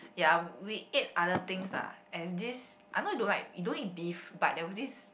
ya we ate other things lah and this I know you don't like you don't eat beef but there was this